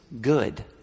good